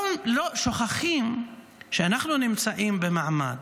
שוכחים שאנחנו נמצאים במעמד,